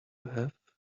have